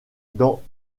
dans